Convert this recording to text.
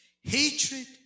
hatred